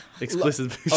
explicit